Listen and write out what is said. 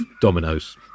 dominoes